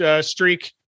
streak